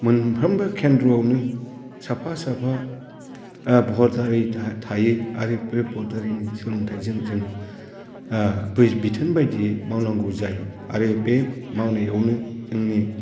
मोनफ्रामबो केन्द्र'आवनो साफा साफा भट दारि थायो आरो बे भट दारिनि सोलोंथाइजों जों बिथोन बायदियै मावनांगौ जायो आरो बे मावनायावनो जोंनि